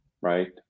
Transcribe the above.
right